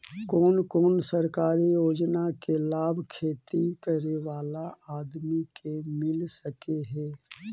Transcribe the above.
कोन कोन सरकारी योजना के लाभ खेती करे बाला आदमी के मिल सके हे?